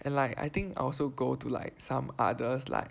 and like I think I also go to like some others like